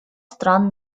стран